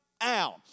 out